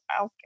okay